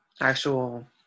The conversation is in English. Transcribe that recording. actual